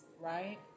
right